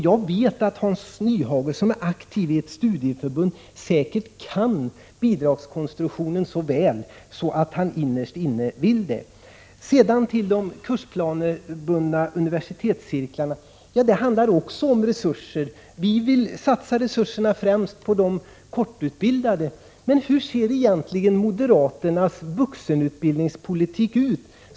Jag vet att Hans Nyhage, som är aktiv i ett studieförbund, säkert kan bidragskonstruktionen så väl att han innerst inne vill det. Sedan till frågan om de kursplanebundna universitetscirklarna! Det handlar också om resurser. Vi vill satsa resurserna främst på de kortutbildade. Hur ser egentligen moderaternas vuxenutbildningspolitik ut?